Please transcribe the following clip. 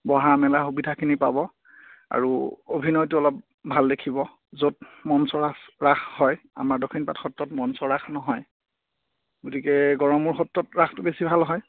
বহা মেলা সুবিধাখিনি পাব আৰু অভিনয়টো অলপ ভাল দেখিব য'ত মঞ্চৰ ৰাস ৰাস হয় আমাৰ দক্ষিণপাট সত্ৰত মঞ্চ ৰাস নহয় গতিকে এই গড়মূৰ সত্ৰত ৰাসটো বেছি ভাল হয়